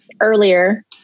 earlier